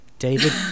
David